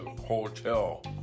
hotel